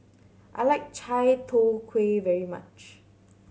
I like Chai Tow Kuay very much